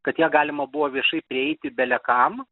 kad ją galima buvo viešai prieiti bele kam